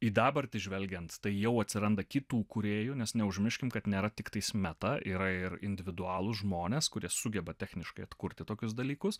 į dabartį žvelgiant tai jau atsiranda kitų kūrėjų nes neužmirškim kad nėra tiktais meta yra ir individualūs žmonės kurie sugeba techniškai atkurti tokius dalykus